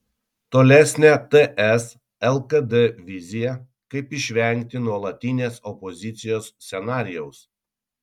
tolesnė ts lkd vizija kaip išvengti nuolatinės opozicijos scenarijaus